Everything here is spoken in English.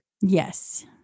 Yes